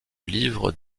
livres